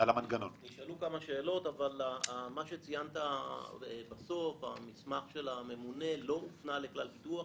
המסמך של הממונה לא הופנה לכלל ביטוח,